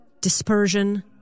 dispersion